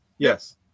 Yes